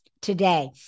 today